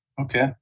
Okay